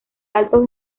alto